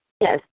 Yes